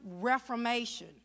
reformation